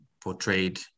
portrayed